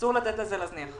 אסור להזניח את זה.